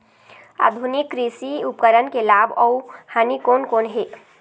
आधुनिक कृषि उपकरण के लाभ अऊ हानि कोन कोन हे?